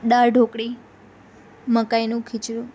દાળ ઢોકળી મકાઈનું ખીચરૂ